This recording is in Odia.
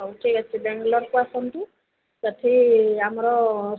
ହଉ ଠିକ୍ ଅଛି ବେଙ୍ଗଲୋର୍କୁ ଆସନ୍ତୁ ସେଠି ଆମର